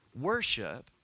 Worship